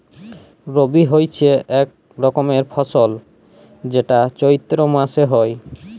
রবি হচ্যে এক রকমের ফসল যেইটা চৈত্র মাসে হ্যয়